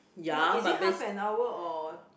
is is it half an hour or